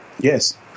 Yes